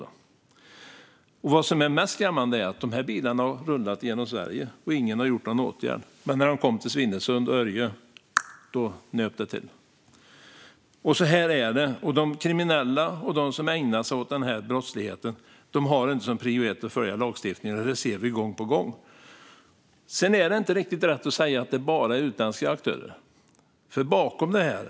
Det som är mest skrämmande är att de bilarna har rullat genom Sverige, men ingen har vidtagit någon åtgärd. När de kom till Svinesund och Örje nöp det dock till. På det sättet är det; de kriminella och de som ägnar sig åt den sortens brottslighet har inte som prio ett att följa lagstiftningen. Det ser vi gång på gång. Att det bara skulle handla om utländska aktörer är inte riktigt rätt.